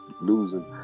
losing